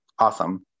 Awesome